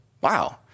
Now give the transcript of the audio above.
wow